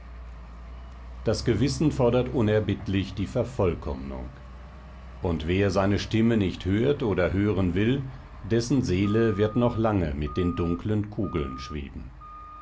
das gewissen fordert unerbittlich die vervollkommnung und wer seine stimme nicht hört oder hören will dessen seele wird noch lange mit den dunklen kugeln schweben